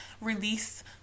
release